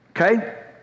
Okay